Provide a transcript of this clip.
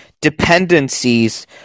dependencies